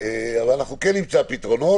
אבל אנחנו כן נמצא פתרונות,